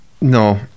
No